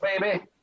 baby